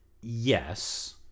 Yes